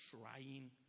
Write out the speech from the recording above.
trying